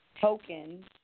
tokens